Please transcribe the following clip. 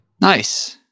Nice